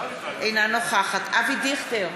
אינה נוכחת אברהם דיכטר,